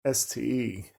ste